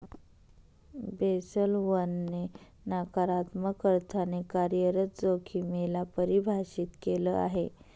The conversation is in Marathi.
बेसल वन ने नकारात्मक अर्थाने कार्यरत जोखिमे ला परिभाषित केलं आहे